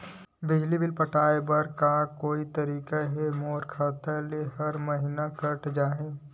बिजली बिल पटाय बर का कोई तरीका हे मोर खाता ले हर महीना कट जाय?